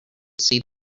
see